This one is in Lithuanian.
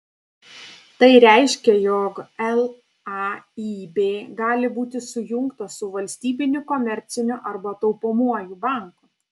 tai reiškia jog laib gali būti sujungtas su valstybiniu komerciniu arba taupomuoju banku